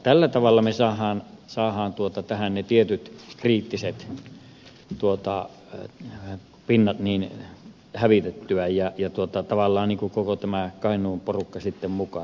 tällä tavalla missä hän saa on tuotu tähän ei me saamme tästä ne tietyt kriittiset pinnat hävitettyä ja tavallaan koko tämän kainuun porukan sitten mukaan